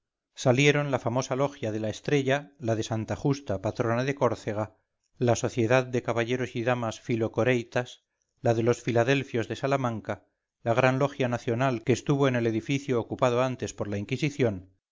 salieron la famosa logia de la estrella la de santa justa patrona de córcega la sociedad de caballeros y damas philocoreitas la de los filadelfios de salamanca la gran logia nacional que estuvo en el edificio ocupado antes por la inquisición